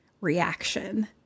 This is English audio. reaction